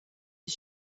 his